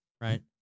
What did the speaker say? Right